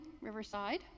Riverside